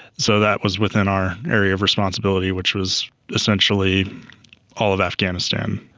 so that was within our area of responsibility, which was essentially all of afghanistan.